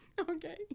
Okay